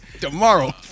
Tomorrow